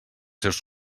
seus